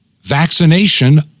vaccination